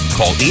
Call